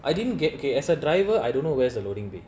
I didn't get okay as a driver I don't know where's the loading bay